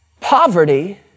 poverty